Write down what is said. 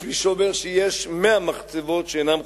יש מי שאומר שיש 100 מחצבות שאינן חוקיות.